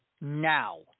now